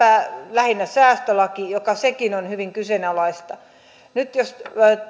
lähinnä säästölaki mikä sekin on hyvin kyseenalaista